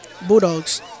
Bulldogs